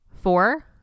four